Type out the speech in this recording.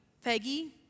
Peggy